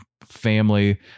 family